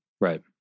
Right